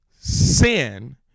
sin